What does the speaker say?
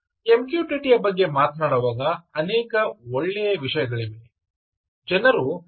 ಆದ್ದರಿಂದ MQTT ಯ ಬಗ್ಗೆ ಮಾತನಾಡುವಾಗ ಅನೇಕ ಒಳ್ಳೆಯ ವಿಷಯಗಳಿವೆ ಜನರು ಕ್ಲೈಂಟ್ ಬಗ್ಗೆ ಮಾತನಾಡುತ್ತಾರೆ